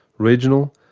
regional,